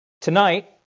Tonight